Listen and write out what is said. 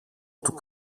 του